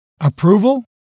Approval